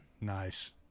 Nice